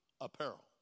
apparel